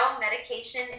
medication